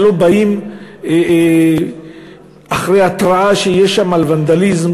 שלא באים אחרי התרעה שיש שם על ונדליזם